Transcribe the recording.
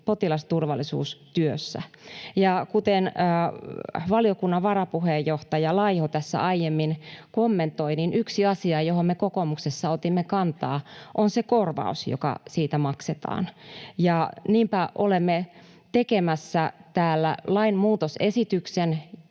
potilasturvallisuustyössä, ja kuten valiokunnan varapuheenjohtaja Laiho tässä aiemmin kommentoi, niin yksi asia, johon me kokoomuksessa otimme kantaa, on se korvaus, joka siitä maksetaan, ja niinpä olemme tekemässä täällä lainmuutosesityksen.